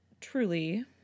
truly